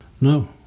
No